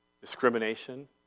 discrimination